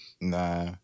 Nah